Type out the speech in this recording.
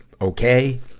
okay